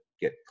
get